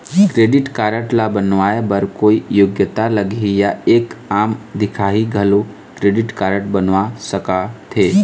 Credit card ला बनवाए बर कोई योग्यता लगही या एक आम दिखाही घलो क्रेडिट कारड बनवा सका थे?